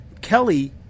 kelly